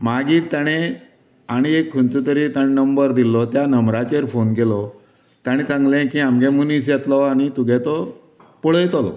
मागीर तांणे आनी एक खंयचो तरी तांणे नंबर दिल्लो त्या नंबराचेर फोन केलो तांणे सांगले की आमगे मुनीस येतलो आनी तुगे तो पळयतलो